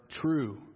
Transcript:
true